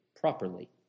properly